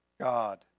God